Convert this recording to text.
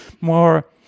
more